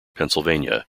pennsylvania